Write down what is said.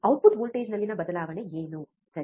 output ವೋಲ್ಟೇಜ್ನಲ್ಲಿನ ಬದಲಾವಣೆ ಏನು ಸರಿ